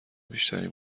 بیشتری